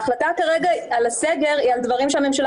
ההחלטה כרגע על הסגר היא על דברים שהממשלה